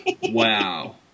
wow